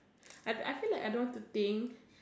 I feel like I don't want to think